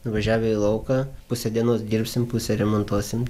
važiavę į lauką pusę dienos dirbsim pusę remontuosim